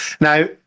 Now